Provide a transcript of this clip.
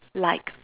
like